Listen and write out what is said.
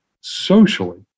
socially